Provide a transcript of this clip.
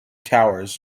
towers